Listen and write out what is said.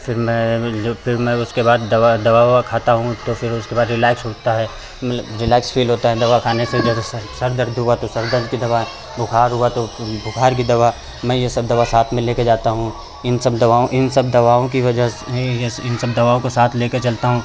फ़िर मैं जो फ़िर मैं उसके बाद दवा दवा ओवा खाता हूँ तो फ़िर उसके बाद रिलैक्स होता है मतलब रिलैक्स फ़ील होता है दवा खाने से जैसे सर सर दर्द हुआ तो सर दर्द की दवा बुखार हुआ तो बुखार की दवा मैं यह सब दवा साथ में लेकर जाता हूँ इन सब दवाओं इन सब दवाओं की वजह से मैं इन्हें इन सब दवाओं को साथ लेकर चलता हूँ